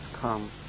come